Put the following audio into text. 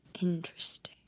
interesting